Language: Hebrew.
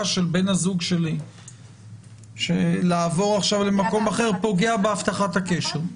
של בן הזוג שלי לעבור עכשיו למקום אחר פוגע בהבטחת הקשר.